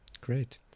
great